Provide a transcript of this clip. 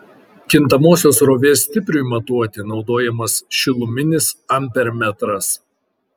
kintamosios srovės stipriui matuoti naudojamas šiluminis ampermetras